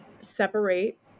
separate